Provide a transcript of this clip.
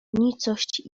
nicość